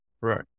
Right